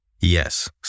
Yes